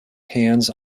hands